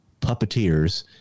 puppeteers